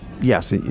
yes